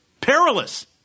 perilous